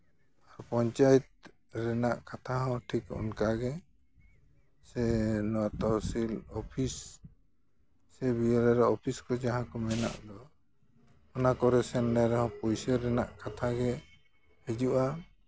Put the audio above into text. ᱯᱚᱧᱪᱟᱭᱮᱛ ᱨᱮᱱᱟᱜ ᱠᱟᱛᱷᱟ ᱦᱚᱸ ᱴᱷᱤᱠ ᱚᱱᱠᱟᱜᱮ ᱥᱮ ᱱᱚᱣᱟ ᱛᱚᱦᱚᱥᱤᱞ ᱚᱯᱷᱤᱥ ᱥᱮ ᱵᱤ ᱮ ᱞᱟᱨ ᱚᱯᱷᱤᱥ ᱠᱚ ᱡᱟᱦᱟᱸ ᱠᱚ ᱢᱮᱱᱟᱜᱼᱟ ᱚᱱᱟ ᱠᱚᱨᱮᱜ ᱥᱮᱱ ᱞᱮᱱ ᱨᱮᱦᱚᱸ ᱯᱩᱭᱥᱟᱹ ᱨᱮᱱᱟᱜ ᱠᱟᱛᱷᱟ ᱜᱮ ᱦᱤᱡᱩᱜᱼᱟ